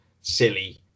silly